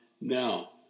Now